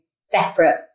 separate